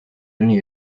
整理